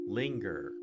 linger